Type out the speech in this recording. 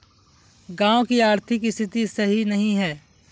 गाँव की आर्थिक स्थिति सही नहीं है?